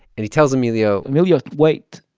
and he tells emilio. emilio, wait.